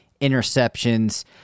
interceptions